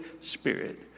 Spirit